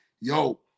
Yo